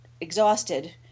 exhausted